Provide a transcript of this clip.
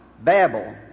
Babel